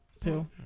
Two